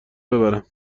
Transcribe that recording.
ببرم